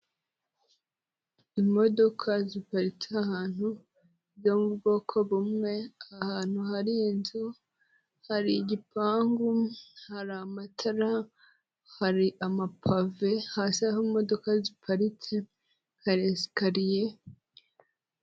Imodoka ziparitse ahantu zo mu bwoko bumwe, ahantu hari inzu, hari igipangu, hari amatara, hari amapave, hasi aho izo modoka ziparitse hari esikariye.